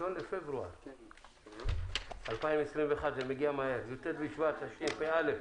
1 בפברואר 2021, י"ט בשבט התשפ"א.